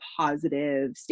positive